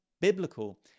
biblical